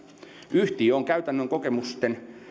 yhtiö on käytännön kokemusten